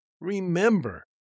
Remember